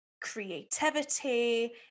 creativity